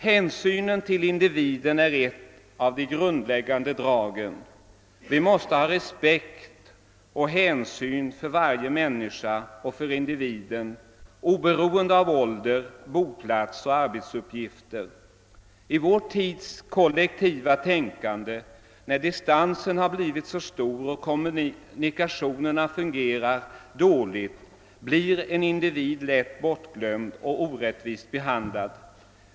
Hänsynen till individen är ett av de grundläggande dragen. Vi måste ha respekt för och visa hänsyn till varje människa, oberoende av ålder, boplats och arbetsuppgifter. I vår tids kollektiva tänkande, när distansen har blivit så stor och kommunikationerna fungerar dåligt, blir en individ lätt bortglömd och orättvist behandlad.